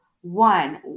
one